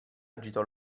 agitò